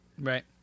right